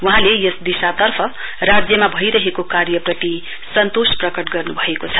वहाँले यस दिशातर्फ राज्यमा भइरहेको कार्यप्रति सन्तोष प्रकट गर्नुभएको छ